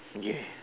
okay